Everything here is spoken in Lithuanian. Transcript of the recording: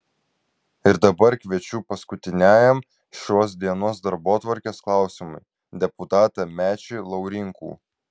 ir dabar kviečiu paskutiniajam šios dienos darbotvarkės klausimui deputatą mečį laurinkų